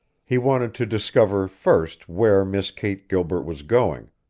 he wanted to discover, first, where miss kate gilbert was going,